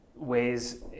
ways